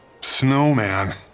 snowman